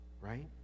right